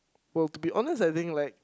well to be honest I think like